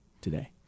today